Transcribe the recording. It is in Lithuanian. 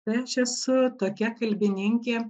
tai aš esu tokia kalbininkė